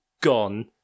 gone